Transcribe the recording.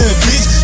bitch